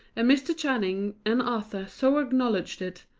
and mr. channing and arthur so acknowledged it,